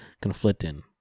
conflicting